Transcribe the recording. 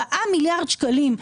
4 מיליארד שקלים,